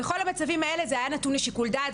בכל המצבים האלה זה היה נתון לשיקול דעת,